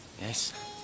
Yes